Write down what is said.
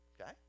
okay